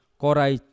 korai